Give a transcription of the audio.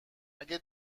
اگه